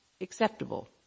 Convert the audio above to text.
acceptable